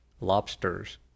lobsters